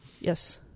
Yes